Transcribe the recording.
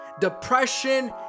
depression